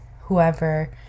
whoever